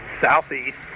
Southeast